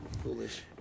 foolish